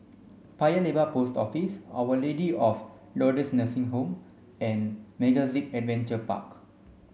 Paya Lebar Post Office Our Lady of Lourdes Nursing Home and MegaZip Adventure Park